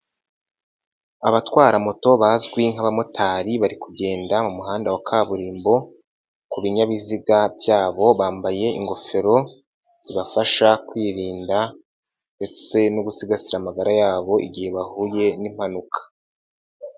Abatwara moto bazwi nk'abamotari bari kugenda mu muhanda wa kaburimbo ku binyabiziga byabo, bambaye ingofero zibafasha kwirinda ndetse no gusigasira amagara yabo igihe bahuye n'impanuka.